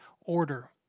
order